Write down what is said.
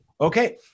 Okay